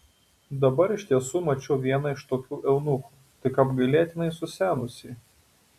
dabar iš tiesų mačiau vieną iš tokių eunuchų tik apgailėtinai susenusį